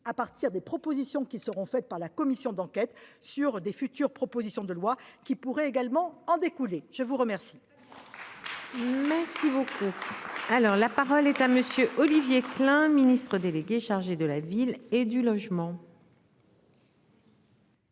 à partir des propositions qui seront faites par la commission d'enquête sur des futures propositions de loi qui pourrait également en découler. Je vous remercie. Alors la parole est à monsieur Olivier Klein, ministre délégué chargé de la ville et du logement.